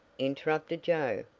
interrupted joe.